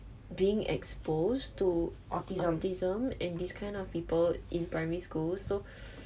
being exposed to autism and this kind of people in primary school so